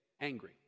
angry